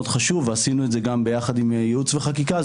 חשוב ועשינו את זה גם ביחד עם יעוץ וחקיקה,